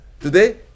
today